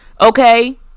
Okay